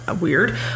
weird